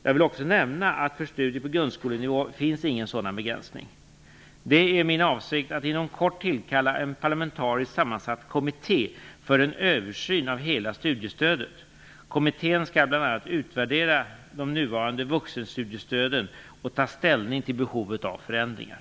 Jag vill också nämna att för studier på grundskolenivå finns ingen sådan begränsning. Det är min avsikt att inom kort tillkalla en parlamentariskt sammansatt kommitté för en översyn av hela studiestödet. Kommittén skall bl.a. utvärdera de nuvarande vuxenstudiestöden och ta ställning till behovet av förändringar.